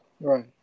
Right